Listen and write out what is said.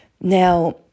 Now